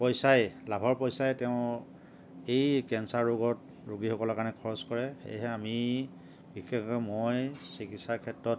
পইচাই লাভৰ পইচাই তেওঁ এই কেঞ্চাৰ ৰোগত ৰোগীসকলৰ কাৰণে খৰচ কৰে সেয়েহে আমি বিশেষকৈ মই চিকিৎসাৰ ক্ষেত্ৰত